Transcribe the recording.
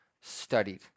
studied